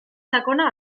sakona